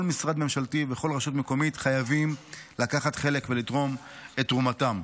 כל משרד ממשלתי וכל רשות מקומית חייבים לקחת חלק ולתרום את תרומתם,